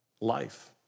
life